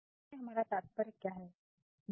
तो वास्तव में हमारा तात्पर्य क्या है